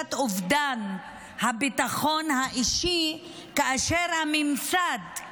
הרגשת אובדן הביטחון האישי כאשר הממסד,